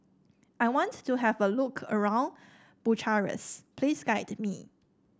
I want to have a look around Bucharest please guide me